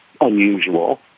unusual